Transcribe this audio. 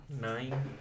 Nine